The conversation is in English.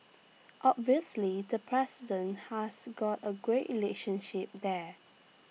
obviously the president has got A great relationship there